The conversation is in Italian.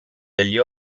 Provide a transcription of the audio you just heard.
degli